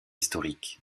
historique